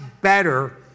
better